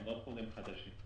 הם לא חולים חדשים.